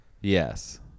Yes